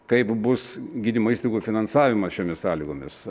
kaip bus gydymo įstaigų finansavimas šiomis sąlygomis